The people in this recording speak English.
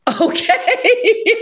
Okay